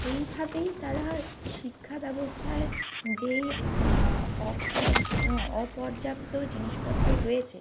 এইভাবেই তারা শিক্ষা ব্যবস্থায় যেই অপর্যাপ্ত জিনিসপত্র রয়েছে